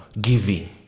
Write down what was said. giving